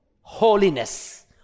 holiness